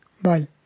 Bye